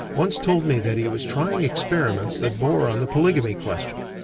once told me that he was trying experiments that bore on the polygamy question.